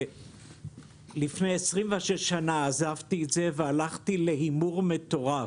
ולפני 26 שנה עזבתי את זה, והלכתי להימור מטורף,